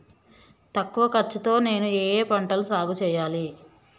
తక్కువ ఖర్చు తో నేను ఏ ఏ పంటలు సాగుచేయాలి?